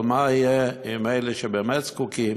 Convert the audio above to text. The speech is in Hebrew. אבל מה יהיה עם אלה שבאמת זקוקים